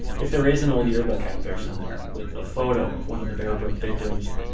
if there is an old yearbook out there somewhere with a photo of one of the bear brook victims,